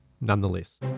nonetheless